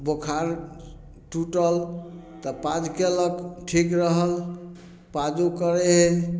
बोखार टूटल तऽ पाज कयलक ठीक रहल पाजो करय हइ